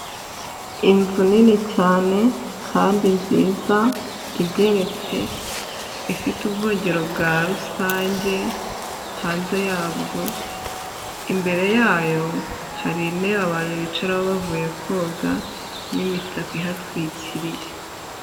Inzu nini cyane kandi nziza igeretse ifite ubwogero bwa rusange hanze yabwo, imbere yayo hari intebe abantu bicaraho bavuye koga n'imitaka ihatwikiriye.